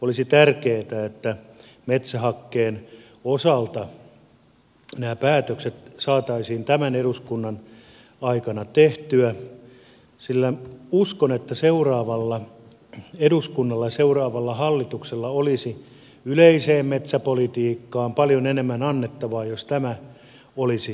olisi tärkeätä että metsähakkeen osalta nämä päätökset saataisiin tämän eduskunnan aikana tehtyä sillä uskon että seuraavalla eduskunnalla ja seuraavalla hallituksella olisi yleiseen metsäpolitiikkaan paljon enemmän annettavaa jos tämä olisi alta pois